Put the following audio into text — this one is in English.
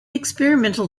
experimental